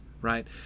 right